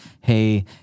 Hey